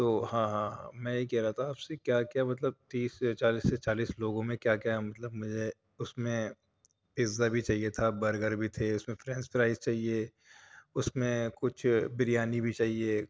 تو ہاں ہاں میں یہ کہہ رہا تھا آپ سے کیا کیا مطلب تیس سے چالیس سے چالیس لوگوں میں کیا کیا مطلب مجھے اُس میں پیزا بھی چاہیے تھا برگر بھی تھے اُس میں فیرنچ فرائیز چاہیے اُس میں کچھ بریانی بھی چاہیے